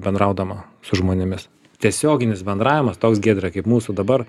bendraudama su žmonėmis tiesioginis bendravimas toks giedre kaip mūsų dabar